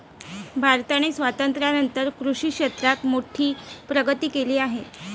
भारताने स्वातंत्र्यानंतर कृषी क्षेत्रात मोठी प्रगती केली आहे